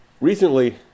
recently